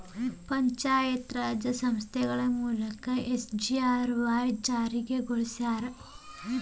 ಪಂಚಾಯತ್ ರಾಜ್ ಸಂಸ್ಥೆಗಳ ಮೂಲಕ ಎಸ್.ಜಿ.ಆರ್.ವಾಯ್ ಜಾರಿಗೊಳಸ್ಯಾರ